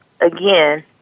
again